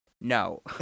No